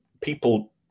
people